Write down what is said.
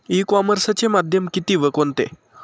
E कॉमर्सचे माध्यम किती व कोणते?